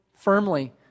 firmly